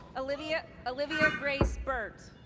olivia olivia grace birt.